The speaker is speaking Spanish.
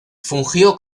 fungió